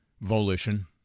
volition